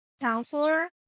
counselor